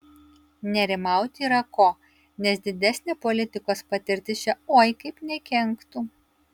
nerimauti yra ko nes didesnė politikos patirtis čia oi kaip nekenktų